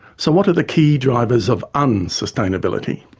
so what are the key drivers of unsustainability?